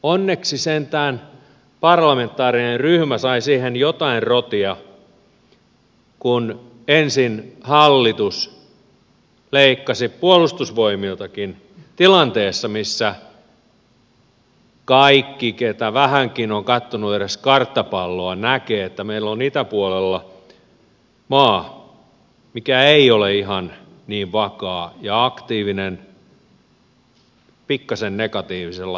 onneksi sentään parlamentaarinen ryhmä sai siihen jotain rotia kun ensin hallitus leikkasi puolustusvoimiltakin tilanteessa missä kaikki ketkä vähänkin ovat katsoneet edes karttapalloa näkevät että meillä on itäpuolella maa mikä ei ole ihan niin vakaa ja on aktiivinen pikkasen negatiivisella tavalla